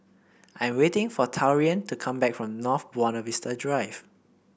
I'm waiting for Taurean to come back from North Buona Vista Drive